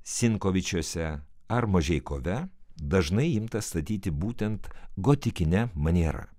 sinkovičiuose ar mažeikove dažnai imta statyti būtent gotikine maniera